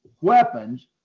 weapons